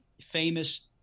famous